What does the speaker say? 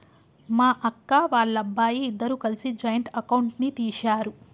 మా అక్క, వాళ్ళబ్బాయి ఇద్దరూ కలిసి జాయింట్ అకౌంట్ ని తీశారు